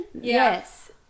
Yes